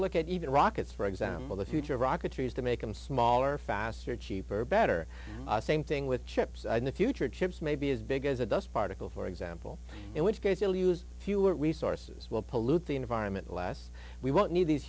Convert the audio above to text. look at even rockets for example the future of rocketry is to make them smaller faster cheaper better same thing with chips and the future chips may be as big as a dust particle for example in which case you'll use fewer resources will pollute the environment last we won't need these